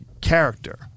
character